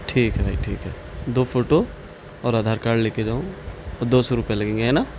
ٹھیک ہے بھائی ٹھیک ہے دو فوٹو اور آدھار کاڈ لے کے جاؤں اور دو سو روپے لگیں گے ہیں نا